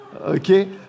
okay